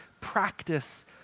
practice